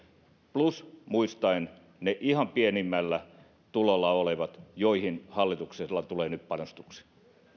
plus muistetaan ne ihan pienimmällä tulolla olevat joihin hallitukselta tulee nyt panostuksia